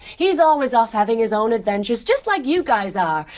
he's always off having his own adventures, just like you guys are,